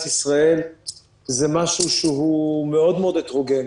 ישראל זה משהו שהוא מאוד מאוד הטרוגני.